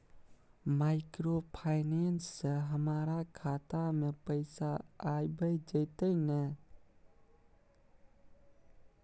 Microfinance से हमारा खाता में पैसा आबय जेतै न?